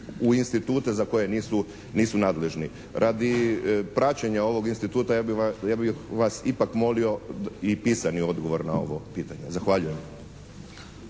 u institute za koje nisu nadležni. Radi praćenja ovog instituta ja bih vas ipak molio i pisani odgovor na ovo pitanje. Zahvaljujem.